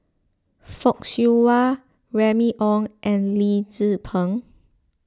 Fock Siew Wah Remy Ong and Lee Tzu Pheng